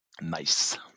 Nice